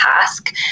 task